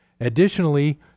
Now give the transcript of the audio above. Additionally